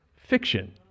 fiction